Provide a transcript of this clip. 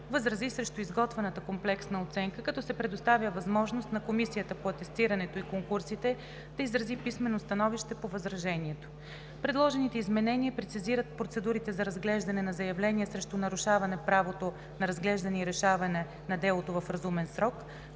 възрази срещу изготвената комплексна оценка, като се предоставя възможност на комисията по атестирането и конкурсите да изрази писмено становище по възражението. Предложените изменения прецизират процедурите за разглеждане на заявления срещу нарушаване правото на разглеждане и решаване на делото в разумен срок,